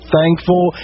thankful